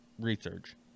research